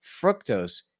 fructose